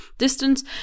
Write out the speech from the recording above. distance